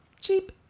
cheap